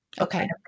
Okay